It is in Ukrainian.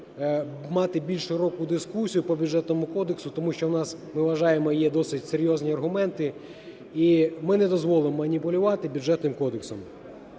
мати більш широку дискусію по Бюджетному кодексу, тому що у нас, ми вважаємо, є досить серйозні аргументи і ми не дозволимо маніпулювати Бюджетним кодексом.